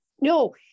No